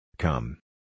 Come